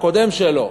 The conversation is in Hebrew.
הקודם שלו,